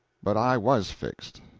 but i was fixed.